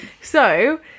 So-